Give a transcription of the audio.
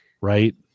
right